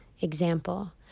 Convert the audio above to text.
example